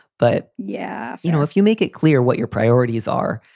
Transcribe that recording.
but, yeah, you know, if you make it clear what your priorities are,